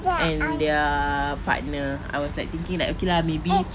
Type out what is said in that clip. and their partner I was like thinking like okay lah maybe